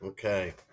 Okay